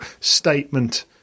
statement